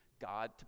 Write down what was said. God